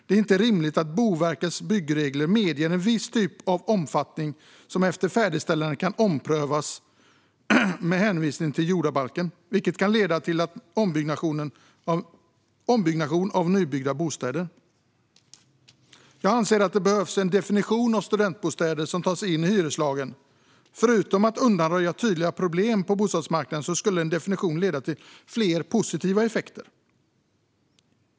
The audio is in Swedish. Det är inte rimligt att Boverkets byggregler medger en viss typ av omfattning som efter färdigställande kan omprövas med hänvisning till jordabalken, vilket kan leda till ombyggnation av nybyggda bostäder. Jag anser att det behövs en definition av studentbostäder som tas in i hyreslagen. Förutom att undanröja tydliga problem på bostadsmarknaden skulle en definition leda till flera positiva effekter.